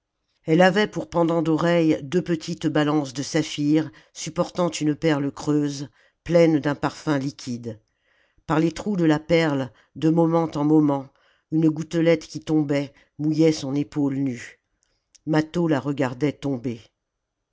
elle avait pour pendants d'oreilles deux petites balances de saphir supportant une perle creuse pleine d'un parfum liquide par les trous de la perle de moment en moment une gouttelette qui tombait mouillait son épaule nue mâtho la regardait tomber